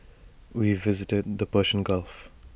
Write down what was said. we visited the Persian gulf